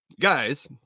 Guys